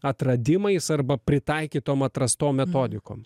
atradimais arba pritaikytom atrastom metodikom